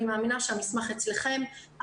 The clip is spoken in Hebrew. אני מאמינה שהמסמך אצלכם,